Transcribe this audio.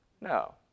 No